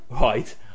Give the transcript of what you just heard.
right